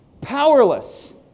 Powerless